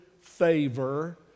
favor